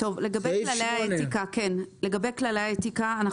לסעיף 8, לכללי האתיקה.